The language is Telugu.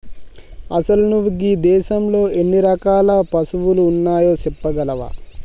అసలు నువు గీ దేసంలో ఎన్ని రకాల పసువులు ఉన్నాయో సెప్పగలవా